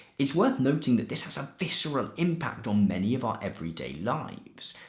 it's worth noting that this has a visceral impact on many of our everyday lives.